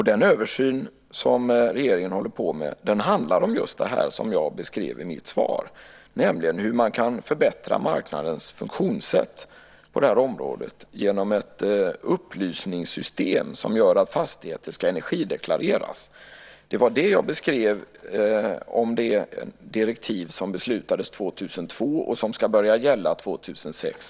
Den översyn som regeringen håller på med handlar om just det jag beskrev i mitt svar, nämligen hur man kan förbättra marknadens funktionssätt på det här området genom ett upplysningssystem som gör att fastigheter ska energideklareras. Det var det jag beskrev om det direktiv som beslutades 2002 och som ska börja gälla 2006.